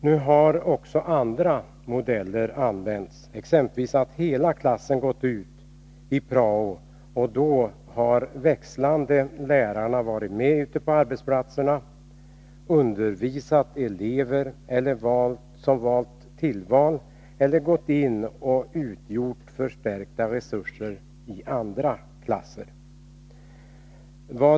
Nu har också andra modeller använts. När exempelvis hela klassen varit ute i prao har lärarna omväxlande varit med ute på arbetsplatserna, undervisat elever med tillvalsämnen eller tjänstgjort som en förstärkningsresurs i andra klasser.